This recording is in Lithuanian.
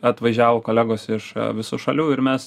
atvažiavo kolegos iš visų šalių ir mes